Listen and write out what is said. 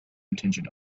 intention